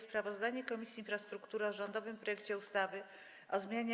Sprawozdanie Komisji Infrastruktury o rządowym projekcie ustawy o zmianie